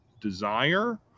desire